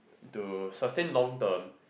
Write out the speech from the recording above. to sustain long term